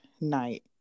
night